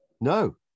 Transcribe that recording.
No